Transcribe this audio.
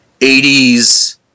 80s